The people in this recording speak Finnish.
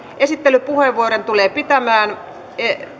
esittelypuheenvuorot tulevat pitämään